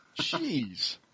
Jeez